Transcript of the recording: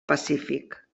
pacífic